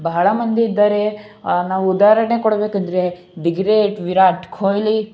ಬಹಳ ಮಂದಿ ಇದ್ದಾರೆ ನಾವು ಉದಾಹರಣೆ ಕೊಡಬೇಕದ್ದರೆ ದಿ ಗ್ರೇಟ್ ವಿರಾಟ್ ಕೊಹ್ಲಿ